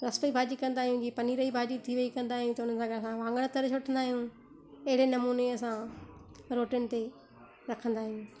रस पई भाॼी कंदा आहियूं जीअं पनीर जी भाॼी थी वई कंदा आहियूं त उन सां गॾु असां वांङण तरे छॾींदा आहियूं अहिड़े नमूने असां रोटीयुनि ते रखंदा आहियूं